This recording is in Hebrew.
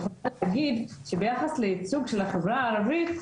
אני יכולה רק להגיד שביחס לייצוג של החברה הערבית,